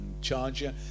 charger